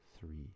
three